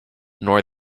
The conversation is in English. nor